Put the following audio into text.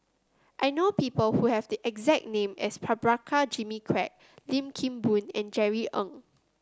I know people who have the exact name as Prabhakara Jimmy Quek Lim Kim Boon and Jerry Ng